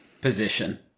position